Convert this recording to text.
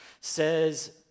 says